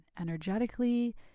energetically